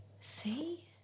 See